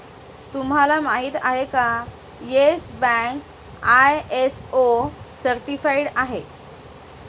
तुम्हाला माहिती आहे का, येस बँक आय.एस.ओ सर्टिफाइड आहे